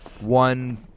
one